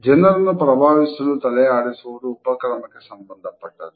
ಜನರನ್ನು ಪ್ರಭಾವಿಸಲು ತಲೆ ಆಡಿಸುವುದು ಉಪಕ್ರಮಕ್ಕೆ ಸಂಬಂಧಪಟ್ಟದ್ದು